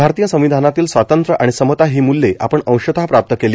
आरतीय संविधानातील स्वातंत्र्य आणि समता ही मूल्ये आपण अंशतः प्राप्त केली